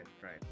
right